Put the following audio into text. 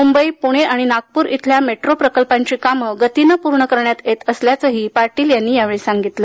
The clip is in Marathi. मुंबई पुणे आणि नागपूर इथल्या मेट्रो प्रकल्पाची कामे गतीने पूर्ण करण्यात येत असल्याचंही पाटील यांनी यावेळी सांगितलं